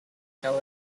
tower